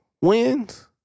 wins